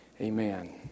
amen